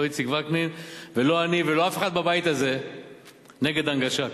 לא איציק וקנין ולא אני ולא אף אחד בבית הזה נגד הנגשה,